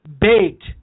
baked